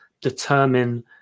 determine